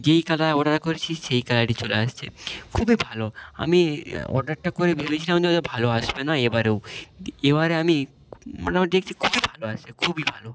যেই colour order করেছি সেই কালারই চলে আসছে খুবই ভালো আমিই অর্ডারটা করে ভেবেছিলাম যে হয়তো ভালো আসবে না এবারেও এবার আমি মোটামুটি দেখছি খুবই ভালো আসছে খুবই ভালো